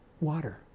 water